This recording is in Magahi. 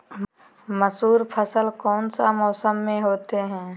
मसूर फसल कौन सा मौसम में होते हैं?